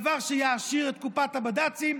דבר שיעשיר את קופת הבד"צים,